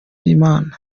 y’imana